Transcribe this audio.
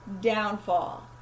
downfall